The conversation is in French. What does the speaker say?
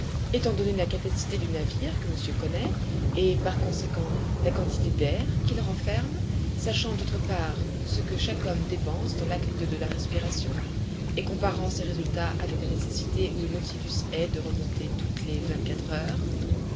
étant donné la capacité du navire que monsieur connaît et par conséquent la quantité d'air qu'il renferme sachant d'autre part ce que chaque homme dépense dans l'acte de la respiration et comparant ces résultats avec la nécessité où le nautilus est de remonter toutes les vingt-quatre heures